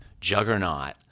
juggernaut